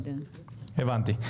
הבנתי.